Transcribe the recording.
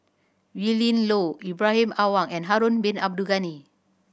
Willin Low Ibrahim Awang and Harun Bin Abdul Ghani